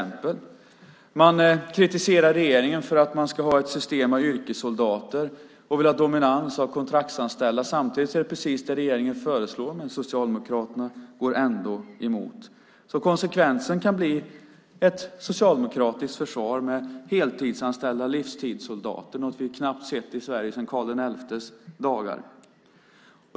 Man kritiserar regeringen för ett system med yrkessoldater och vill ha en dominans av kontraktsanställda, samtidigt som det är precis det som regeringen föreslår. Socialdemokraterna går ändå emot. Konsekvensen kan bli ett socialdemokratiskt försvar med heltidsanställda livstidssoldater som vi knappt sett i Sverige sedan Karl XI:s dagar.